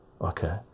Okay